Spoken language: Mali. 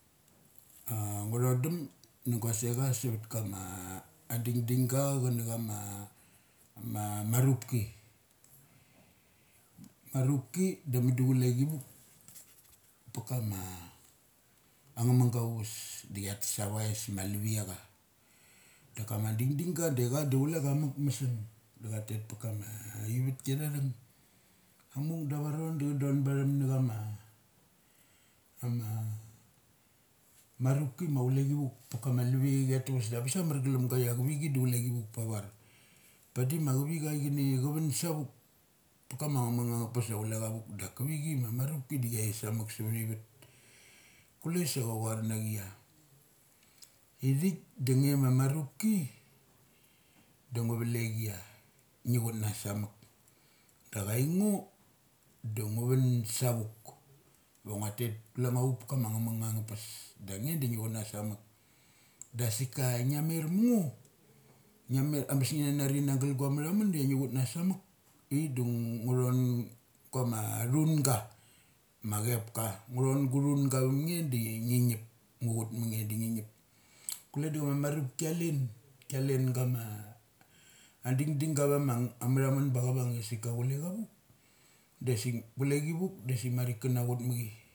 A ngu thodum na ngu secha savat kama ading ding ga chana chama marupki. Marupki da mudu chule chivuk pukama angngamanga avus da chia tes avais ma aliviacha. Da kama dingding ga da cha du cule cha muk masung da cha tet pa kama aivatki athatung. Muk da avaronda cha don bathum na chama ama marupki ma chulechi vukpakama alive chi ataves da bes ia marglumga ia chavichi da chu chulechi vuk pavari padi ma chivicha chani chavunsa vuk pakama ngamunganga pes da chule cha vuk dak kivichu ma marupki di chiait sa ve muk sum mani chailatki. Kule sa cha varna chia ia ithik da ngema marupki, da ngu valek ia ngi chut na sa muk da aingo do ngu vun sa muk va ngua tetkule ngo vuk pa kama ngamung anga pes da nge da ngi chunna sa muk da sik a ngia mer mango ngia mer abes ngia na nari na gal guamathamun da ngi chut na amukik dongothon guama thunga ma chepka. Ngu thon go thunga va nge da ngi ngip. Ngu vhut mange duninge ngip kule da chama marupki chialen. Kia lengama ading ding ga avama nga avamathamun ba chavung ia sikia chule cha vuk dasik nge chule chi vukdasik marik kans chut ma chi.